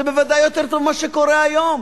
זה בוודאי יותר טוב ממה שקורה היום,